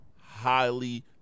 highly